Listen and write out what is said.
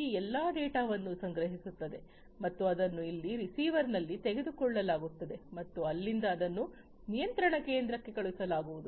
ಈ ಎಲ್ಲ ಡೇಟಾವನ್ನು ಸಂಗ್ರಹಿಸುತ್ತದೆ ಮತ್ತು ಅದನ್ನು ಇಲ್ಲಿ ರಿಸೀವರ್ನಲ್ಲಿ ತೆಗೆದುಕೊಳ್ಳಲಾಗುತ್ತದೆ ಮತ್ತು ಅಲ್ಲಿಂದ ಅದನ್ನು ನಿಯಂತ್ರಣ ಕೇಂದ್ರಕ್ಕೆ ಕಳುಹಿಸಲಾಗುವುದು